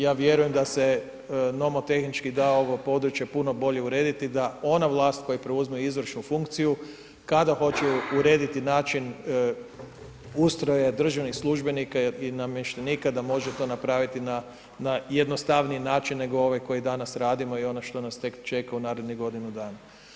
Ja vjerujem da se nomotehnički da ovo područje puno bolje urediti da ona vlast koja preuzme izvršnu funkciju kada hoće urediti način ustroja državnih službenika i namještenika da može to napraviti na jednostavniji način nego ovaj koji danas radimo i ono što nas tek čeka u narednih godinu dana.